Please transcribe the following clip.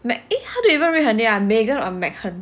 eh how do you even read her name ah meghan or meghan